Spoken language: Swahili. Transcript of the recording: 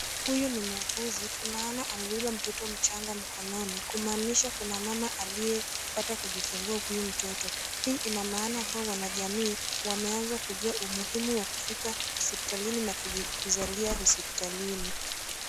Huyu ni muuguzi. Tunaona amebeba mtoto mchanga mkononi. Kumaanisha kuna mama aliyepata kujifungua huyu mtoto. Hii inamaana kuwa wanajamii, wameanza kujua umuhimu wa kufika hospitalini na kujizalia hospitalini.